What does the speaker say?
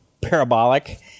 parabolic